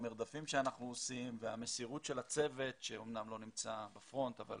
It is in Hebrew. המרדפים שאנחנו עושים והמסירות של הצוות שאמנם לא נמצא בפרונט אבל